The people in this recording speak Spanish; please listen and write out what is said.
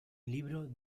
libro